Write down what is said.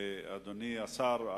אדוני השר,